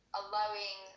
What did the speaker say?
allowing